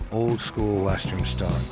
old school western star.